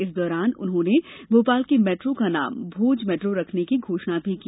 इस दौरान उन्होंने भोपाल की मेट्रो का नाम भोज मेट्रो रखने की घोषणा भी की